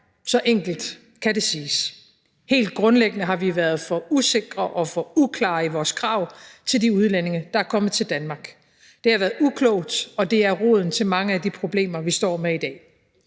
så enkelt kan det siges. Helt grundlæggende har vi været for usikre og for uklare i vores krav til de udlændinge, der er kommet til Danmark. Det har været uklogt, og det er roden til mange af de problemer, vi står med i dag.